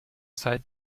zeit